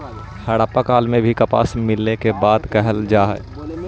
हड़प्पा काल में भी कपास मिले के बात कहल जा हई